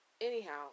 anyhow